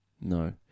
No